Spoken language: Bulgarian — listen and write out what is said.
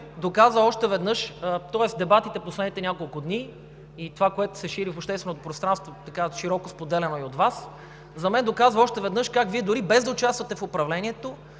това? Колеги, дебатите през последните няколко дни и това, което се шири в общественото пространство, широко споделяно и от Вас, за мен доказва още веднъж как Вие, дори без да участвате в управлението,